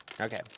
Okay